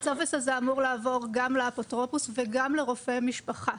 הטופס הזה אמור לעבור גם לאפוטרופוס וגם לרופא משפחה.